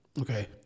Okay